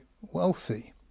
wealthy